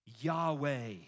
Yahweh